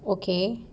okay